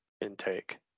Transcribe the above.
intake